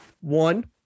One